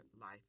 life